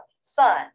son